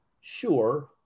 sure